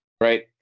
Right